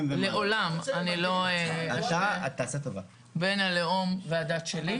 לעולם אני לא אשווה בין הלאום והדת שלי,